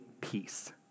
peace